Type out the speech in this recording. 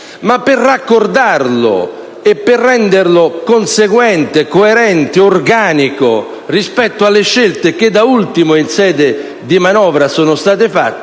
e raccordarlo, renderlo conseguente, coerente, organico rispetto alle scelte che, da ultimo, in sede di manovra sono state fatte